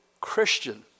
Christian